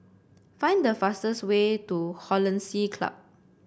find the fastest way to Hollandse Club